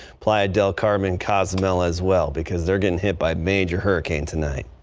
playa del carmen cars, mel as well because they're getting hit by major hurricane tonight.